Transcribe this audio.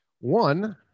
one